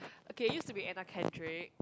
okay used to be Anna-Kendrick